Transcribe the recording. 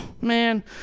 man